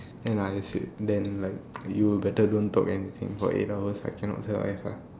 and I say then like you better don't talk anything for eight hours I cannot sia I hard